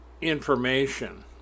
information